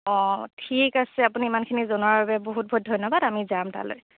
অ' ঠিক আছে আপুনি ইমানখিনি জনোৱাৰ বাবে বহুত বহুত ধন্যবাদ আমি যাম তালৈ